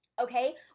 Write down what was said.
Okay